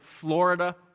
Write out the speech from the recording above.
Florida